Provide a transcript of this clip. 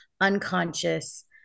unconscious